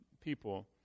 people